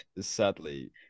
sadly